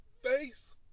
Face